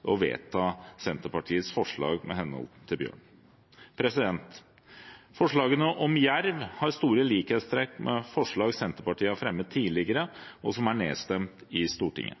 å vedta Senterpartiets forslag med henhold til bjørn. Forslagene om jerv har store likhetstrekk med forslag Senterpartiet har fremmet tidligere, og som er nedstemt i Stortinget.